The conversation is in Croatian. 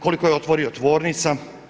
Koliko je otvorio tvornica.